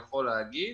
עצמם.